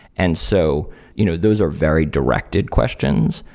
and so you know those are very directed questions.